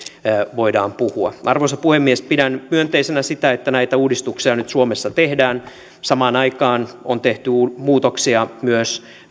voidaan puhua arvoisa puhemies pidän myönteisenä sitä että näitä uudistuksia nyt suomessa tehdään samaan aikaan on tehty muutoksia myös